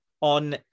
on